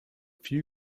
few